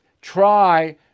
try